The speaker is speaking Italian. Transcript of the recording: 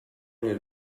nel